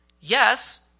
Yes